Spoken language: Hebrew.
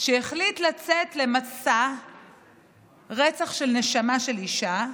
שהחליט לצאת למסע רצח של נשמה של אישה,